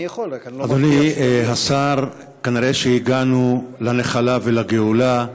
אדוני השר, כנראה הגענו לנחלה ולגאולה,